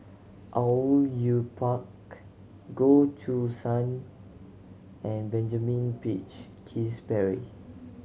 Au Yue Pak Goh Choo San and Benjamin Peach Keasberry